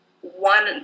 one